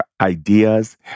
ideas